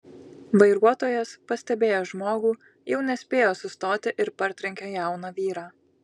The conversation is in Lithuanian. vairuotojas pastebėjęs žmogų jau nespėjo sustoti ir partrenkė jauną vyrą